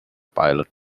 pilot